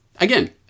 again